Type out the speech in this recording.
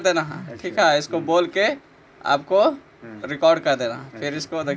बेल lifter से अगीला खेती ला खेत के तैयार करे में सहायता होवऽ हई